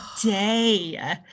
day